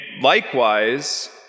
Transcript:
likewise